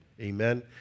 Amen